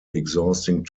exhausting